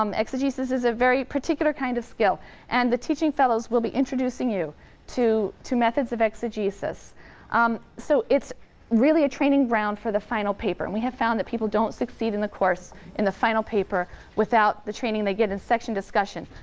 um exegesis is a very particular kind of skill and the teaching fellows will be introducing you to to methods of exegesis. um so it's really a training ground for the final paper, and we have found that people don't succeed in the course in the final paper without the training they get in section discussion,